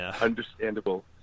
understandable